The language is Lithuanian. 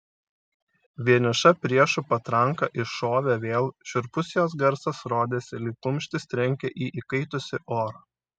vieniša priešų patranka iššovė vėl šiurpus jos garsas rodėsi lyg kumštis trenkia į įkaitusį orą